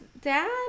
dad